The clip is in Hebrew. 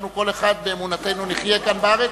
אנחנו כל אחד באמונתנו נחיה כאן בארץ,